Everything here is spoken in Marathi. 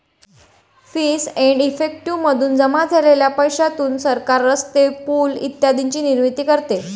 फीस एंड इफेक्टिव मधून जमा झालेल्या पैशातून सरकार रस्ते, पूल इत्यादींची निर्मिती करते